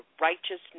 righteousness